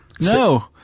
No